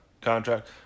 contract